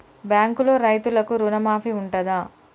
బ్యాంకులో రైతులకు రుణమాఫీ ఉంటదా?